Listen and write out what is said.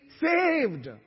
saved